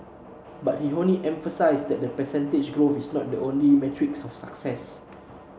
but he only emphasised that percentage growth is not the only metrics of success